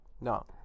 No